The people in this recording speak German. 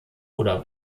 oder